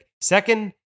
second